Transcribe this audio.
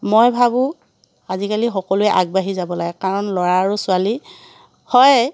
মই ভাবোঁ আজিকালি সকলোৱে আগবাঢ়ি যাব লাগে কাৰণ ল'ৰা আৰু ছোৱালী হয়